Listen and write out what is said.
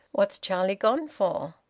what's charlie gone for?